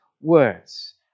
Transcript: words